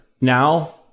now